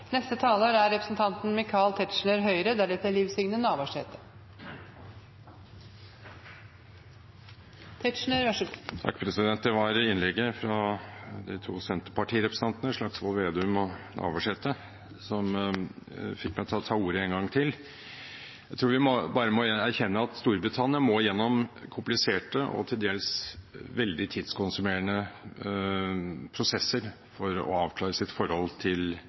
Det var innlegget fra de to senterpartirepresentantene Slagsvold Vedum og Navarsete som fikk meg til å ta ordet en gang til. Jeg tror vi bare må erkjenne at Storbritannia må gjennom kompliserte og til dels veldig tidskonsumerende prosesser for å avklare sitt forhold til